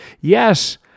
Yes